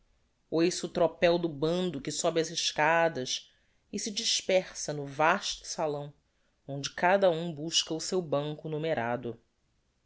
o tropel do bando que sobe as escadas e se dispersa no vasto salão onde cada um busca o seu banco numerado